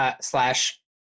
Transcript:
slash